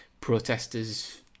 protesters